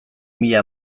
mila